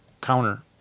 counter